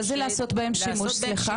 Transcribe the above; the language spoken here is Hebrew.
לא, לא, מה זה לעשות בהם שימוש, סליחה?